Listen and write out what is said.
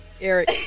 Eric